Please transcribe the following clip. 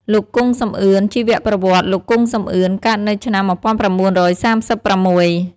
លោក គង់ សំអឿន ជីវប្រវត្តិ លោក គង់ សំអឿន កើតនៅឆ្នាំ១៩៣៦។